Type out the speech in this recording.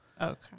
Okay